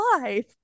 life